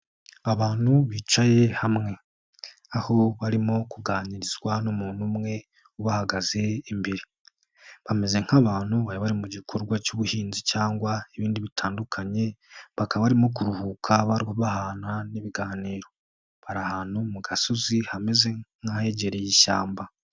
Abantu bicaye hamwe aho barimo kuganirizwa n'umuntu umwe ubahagaze imbere, bameze nk'abantu bari mu gikorwa cy'ubuhinzi cyangwa ibindi bitandukanye, bakaba barimo kuruhuka bahana n'ibiganiro, bari ahantu mu gasozi hameze nk'ahegereye ishyamba.